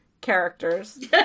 characters